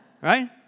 Right